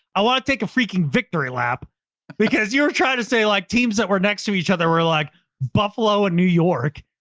i want to take a freaking victory lap because you're trying to say like teams that were next to each other were like buffalo and new york.